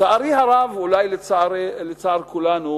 לצערי הרב, אולי לצער כולנו,